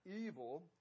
evil